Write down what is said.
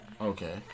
Okay